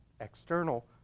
external